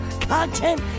content